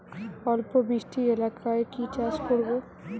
অল্প বৃষ্টি এলাকায় কি চাষ করব?